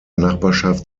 nachbarschaft